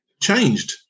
changed